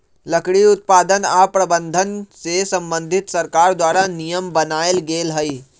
लकड़ी उत्पादन आऽ प्रबंधन से संबंधित सरकार द्वारा नियम बनाएल गेल हइ